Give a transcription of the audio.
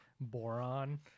Boron